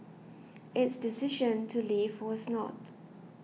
its decision to leave was not